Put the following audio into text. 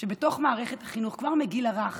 כבר בגיל הרך